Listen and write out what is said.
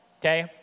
okay